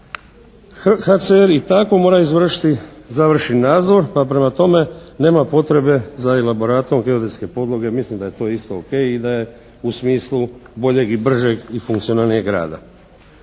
HCR i tako mora izvršiti završni nadzor, pa prema tome nema potrebe za elaboratom geodetske podloge. Mislim da je to isto o.k. i da je u smislu boljeg i bržeg i funkcionalnijeg rada.